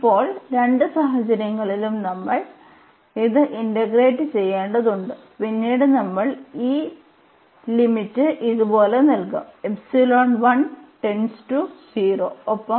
ഇപ്പോൾ രണ്ട് സാഹചര്യങ്ങളിലും നമ്മൾ ഇത് ഇന്റെഗ്രേറ്റ് ചെയ്യേണ്ടതുണ്ട് പിന്നീട് നമ്മൾ ഈ ലിമിറ്റ് ഇതുപോലെ നൽകും ഒപ്പം